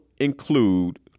include